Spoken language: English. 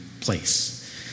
place